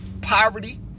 poverty